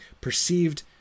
perceived